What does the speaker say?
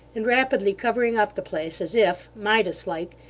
and rapidly covering up the place, as if, midas-like,